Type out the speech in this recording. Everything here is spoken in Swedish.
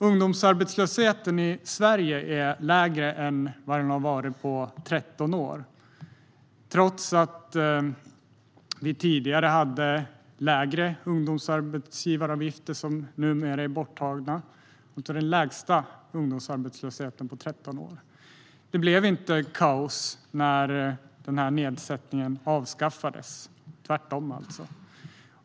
Ungdomsarbetslösheten i Sverige är lägre än vad den har varit på 13 år. Trots att vi tidigare hade lägre ungdomsarbetsgivaravgifter, som numera är borttagna, har vi den lägsta ungdomsarbetslösheten på 13 år. Det blev inte kaos när nedsättningen avskaffades, utan tvärtom.